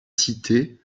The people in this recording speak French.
cité